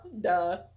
Duh